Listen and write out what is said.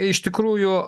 iš tikrųjų